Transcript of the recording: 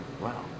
Wow